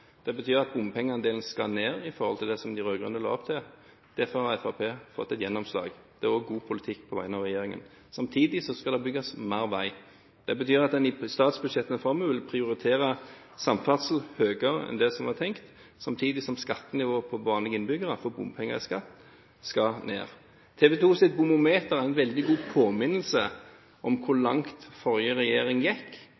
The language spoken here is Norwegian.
Derfor har Fremskrittspartiet fått et gjennomslag. Det er også god politikk på vegne av regjeringen. Samtidig skal det bygges mer vei. Det betyr at en i statsbudsjettene framover vil prioritere samferdsel høyere enn det som var tenkt, samtidig som skattenivået for vanlige innbyggere – for bompenger er skatt – skal ned. TV 2s bomometer er en veldig god påminnelse om hvor